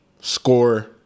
score